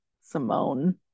simone